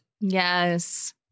Yes